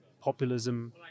populism